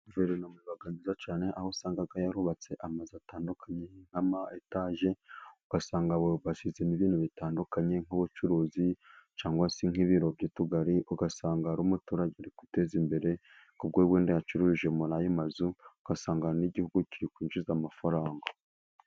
Guverinoma iba nziza cyane, aho usanga yarubatse amazu atandukanye nk'ama-etage, ugasanga bashyizemo ibintu bitandukanye nk'ubucuruzi cyangwa se nk'ibiro by'utugari. Ugasanga hari umuturage uri guteza imbere, kuko wenda yacururije muri ayo mazu, ugasanga n'igihugu kiri kwinjiza amafaranga.